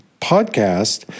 podcast